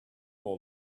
all